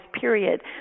period